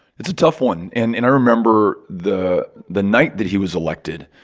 it's a tough one. and and i remember the the night that he was elected,